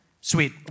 Sweet